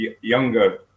younger